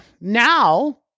now